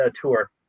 tour